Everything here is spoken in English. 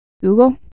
Google